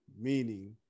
Meaning